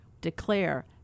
declare